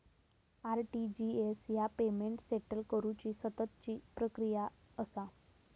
RTGS ह्या payment settle करुची सततची प्रक्रिया असा